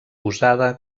usada